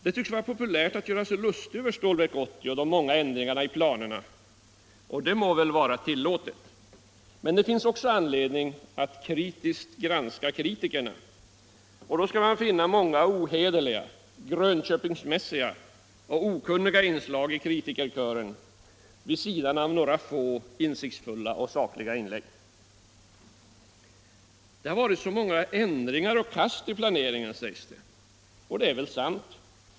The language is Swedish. Det tycks vara populärt att göra sig lustig över Stålverk 80 och de många ändringarna i planerna, och det må väl vara tillåtet. Men det finns också anledning att kritiskt granska kritikerna, och då skall man finna många ohederliga, grönköpingsmässiga och okunniga inslag i kritikerkören, vid sidan av några få insiktsfulla och sakliga inlägg. Det har varit så många ändringar och kast i planeringen sägs det, och det är väl sant.